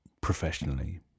professionally